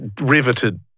Riveted